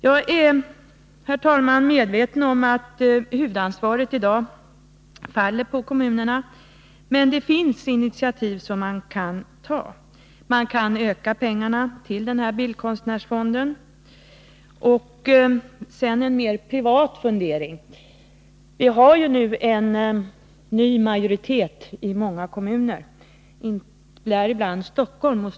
Jag är medveten om att huvudansvaret i dag åvilar kommunerna, men det finns initiativ som man kan ta. Man kan t.ex. öka anslaget till bildkonstnärsfonden. Jag vill sedan framföra en mer privat fundering: Vi har ju nu en ny majoritet i många kommuner, däribland i Stockholms kommun.